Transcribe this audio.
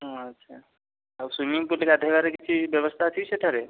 ଆଚ୍ଛା ଆଉ ସୁଇମିଂ ପୁଲରେ ଗାଧୋଇବାର କିଛି ବ୍ୟବସ୍ଥା ଅଛି କି ସେଠାରେ